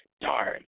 Darn